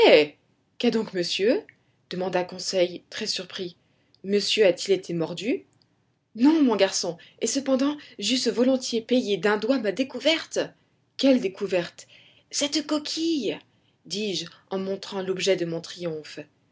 eh qu'a donc monsieur demanda conseil très surpris monsieur a-t-il été mordu non mon garçon et cependant j'eusse volontiers payé d'un doigt ma découverte quelle découverte cette coquille dis-je en montrant l'objet de mon triomphe